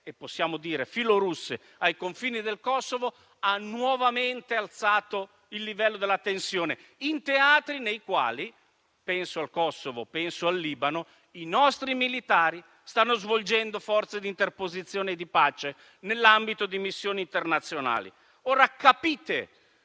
che possiamo dire filo-russe, ai confini del Kosovo, ha nuovamente alzato il livello della tensione. Sono teatri nei quali - penso al Kosovo e al Libano - i nostri militari stanno svolgendo forze di interposizione di pace nell'ambito di missioni internazionali. Ora capite